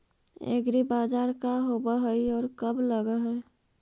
एग्रीबाजार का होब हइ और कब लग है?